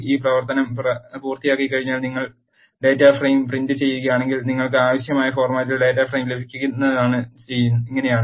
ഈ പ്രവർത്തനം പൂർത്തിയാക്കിക്കഴിഞ്ഞാൽ നിങ്ങൾ ഡാറ്റ ഫ്രെയിം പ്രിന്റ് ചെയ്യുകയാണെങ്കിൽ നിങ്ങൾക്ക് ആവശ്യമായ ഫോർമാറ്റിൽ ഡാറ്റ ഫ്രെയിം ലഭിക്കുന്നത് ഇങ്ങനെയാണ്